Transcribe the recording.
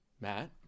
matt